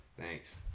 Thanks